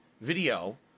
video